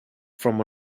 from